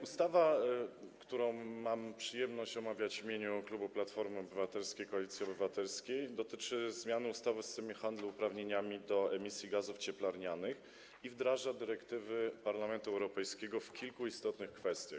Ustawa, którą mam przyjemność omawiać w imieniu klubu Platformy Obywatelskiej - Koalicji Obywatelskiej, dotyczy zmiany ustawy o systemie handlu uprawnieniami do emisji gazów cieplarnianych i wdraża dyrektywy Parlamentu Europejskiego w kilku istotnych kwestiach.